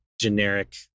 generic